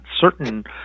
certain